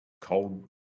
cold